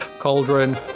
Cauldron